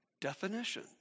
definition